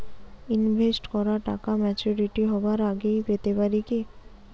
Invest করা টাকা maturity হবার আগেই পেতে পারি কি?